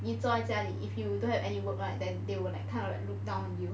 你坐在家里 if you don't have any work right then they will like kind of like look down on you